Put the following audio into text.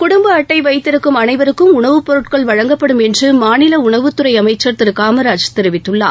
குடுப்ப அட்டை வைத்திருக்கும் அனைவருக்கும் உணவு பொருட்கள் வழங்கப்படும் என்று மாநில உணவுத் துறை அமைச்சர் திரு காமராஜ் தெரிவித்துள்ளார்